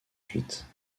suites